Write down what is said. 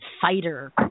fighter